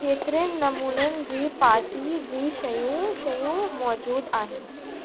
केतिरनि नमूननि जी पार्टी जी शयूं शयूं मौजूदु आहिनि